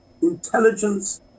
intelligence